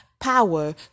Power